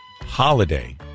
holiday